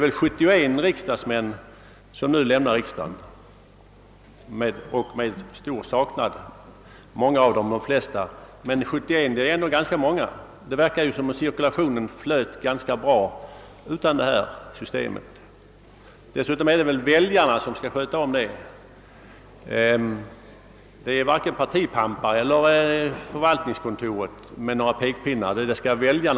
71 riksdagsledamöter lämnar nu riksdagen, de flesta med stor saknad bland dem som är kvar. Men 71 är dock ganska många. Det verkar då som om cirkulationen flöt ganska bra utan något nytt system. Dessutom är det väl väljarna som skall sköta cirkulationen och inte partipampar eller förvaltningskontoret som skall komma med några pekpinnar.